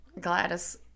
Gladys